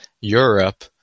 Europe